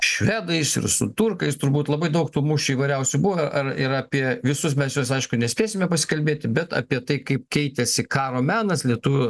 švedais ir su turkais turbūt labai daug tų mūšių įvairiausių buvę ar ir apie visus mes juos aišku nespėsime pasikalbėti bet apie tai kaip keitėsi karo menas lietuvių